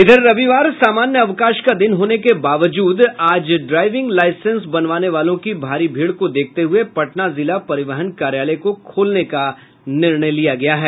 इधर रविवार समान्य अवकाश का दिन होने के बावजूद आज ड्राइविंग लाईसेंस बनवाने वालों की भारी भीड़ को देखते हुये पटना जिला परिवहन कार्यालय को खोलने का निर्णय लिया गया है